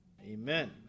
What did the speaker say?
Amen